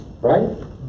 Right